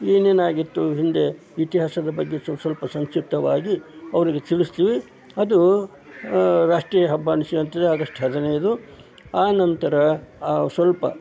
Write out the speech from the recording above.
ಏನೇನು ಆಗಿತ್ತು ಹಿಂದೆ ಇತಿಹಾಸದ ಬಗ್ಗೆ ಸ್ವಲ್ಪ ಸ್ವಲ್ಪ ಸಂಕ್ಷಿಪ್ತವಾಗಿ ಅವರಿಗೆ ತಿಳಿಸಿ ಅದು ರಾಷ್ಟ್ರೀಯ ಹಬ್ಬ ಅನಿಸಿಕೊಳ್ತದೆ ಆಗ್ತದೆ ಆಗಸ್ಟ್ ಹದಿನೈದು ಆನಂತರ ಸ್ವಲ್ಪ